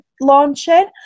launching